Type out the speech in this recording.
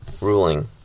ruling